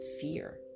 fear